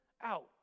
out